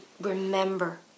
remember